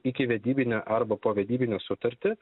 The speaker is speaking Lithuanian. ikivedybinę arba povedybinę sutartį